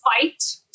fight